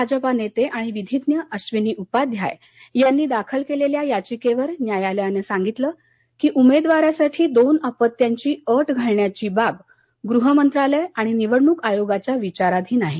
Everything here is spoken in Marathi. भाजपा नेते आणि विधीज्ञ अब्विनी उपाध्याय यांनी दाखल केलेल्या याचिकेवर न्यायालयानं सांगितलं की उमेदवारासाठी दोन अपत्यांची अट घालण्याची बाब गृह मंत्रालय आणि निवडणूक आयोगाच्या विचाराधीन आहे